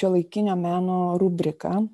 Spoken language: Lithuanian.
šiuolaikinio meno rubriką